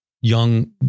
young